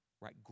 Right